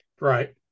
Right